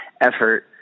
effort